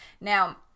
Now